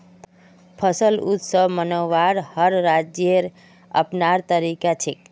फसल उत्सव मनव्वार हर राज्येर अपनार तरीका छेक